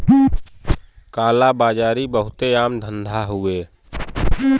काला बाजारी बहुते आम धंधा हउवे